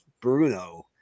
Bruno